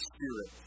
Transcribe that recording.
Spirit